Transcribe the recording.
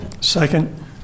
Second